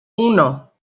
uno